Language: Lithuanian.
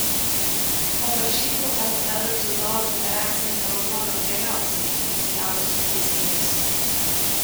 po varžybų lr dziudo federacija apdovanojo geriausiai teisėjavusius teisėjus